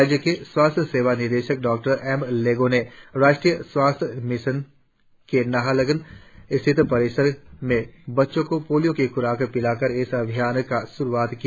राज्य के स्वास्थ्य सेवा निदेशक डॉ एम लेगो ने राष्ट्रीय स्वास्थ्य मिशन के नाहरलग्न स्थित परिसर में बच्चों को पोलियों की ख्राक पिलाकर इस अभियान की श्रआत की